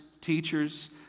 teachers